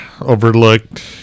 overlooked